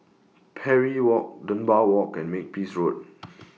Parry Walk Dunbar Walk and Makepeace Road